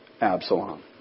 Absalom